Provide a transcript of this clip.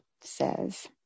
says